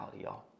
y'all